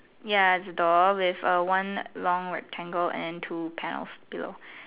ya is a door with a one long rectangle and two pair of pillow